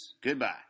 Goodbye